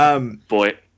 Boy